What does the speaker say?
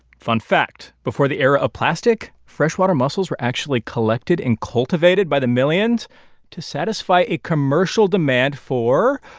fun fact before the era of plastic, freshwater mussels were actually collected and cultivated by the millions to satisfy a commercial demand for